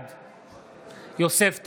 בעד יוסף טייב,